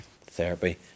therapy